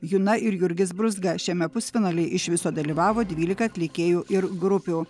juna ir jurgis brūzga šiame pusfinaly iš viso dalyvavo dvylika atlikėjų ir grupių